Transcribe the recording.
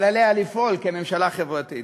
אבל עליה לפעול כממשלה חברתית.